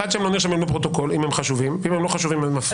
קובע